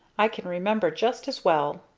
i can remember just as well!